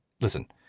listen